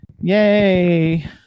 Yay